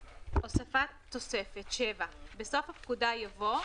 הוספת תוספת 7. בסוף הפקודה יבוא: